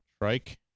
Trike